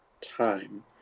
time